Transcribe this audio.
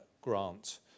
grant